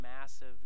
massive